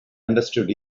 understood